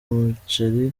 umuceri